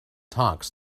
talks